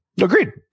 Agreed